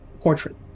portrait